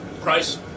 Price